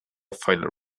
final